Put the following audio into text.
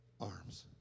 arms